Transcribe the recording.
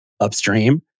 upstream